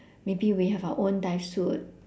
maybe we have our own dive suit